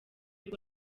rwo